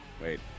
Wait